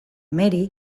mary